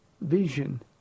vision